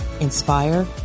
inspire